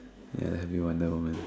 ya that'll be wonder-woman